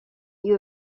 you